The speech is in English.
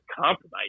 compromise